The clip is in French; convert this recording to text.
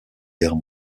guerre